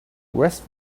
rest